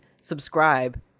subscribe